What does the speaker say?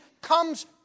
comes